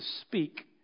speak